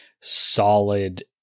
solid